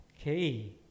okay